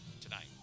tonight